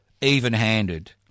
even-handed